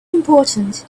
important